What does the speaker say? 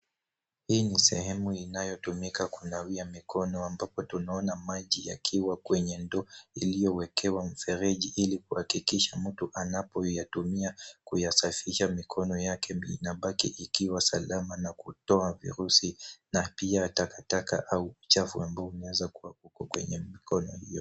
Hii ni sehemu inayotumika kunawia mikono ambapo tunaona maji yakiwa kwenye ndoo iliyowekewa mfereji ili kuhakikisha mtu anapoyatumia kuyasafisha mikono yake inabaki ikiwa salama na kutoa vyeusi na pia takataka au uchafu ambao unaweza kuwa uko kwenye mikono hiyo.